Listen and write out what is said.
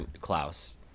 Klaus